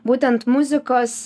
būtent muzikos